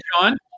John